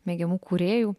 mėgiamų kūrėjų